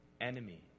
enemy